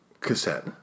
cassette